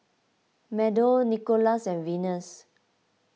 Meadow Nikolas and Venus